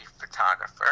photographer